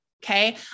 Okay